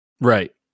Right